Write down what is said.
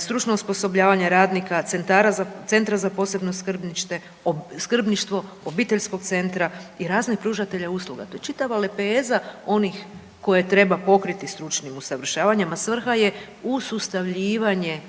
stručno osposobljavanje radnika, centra za posebno skrbništvo, obiteljskog centra i raznih pružatelja usluga. To je čitava lepeza onih koje treba pokriti stručnim usavršavanjem, a svrha je usustavljivanje